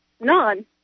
None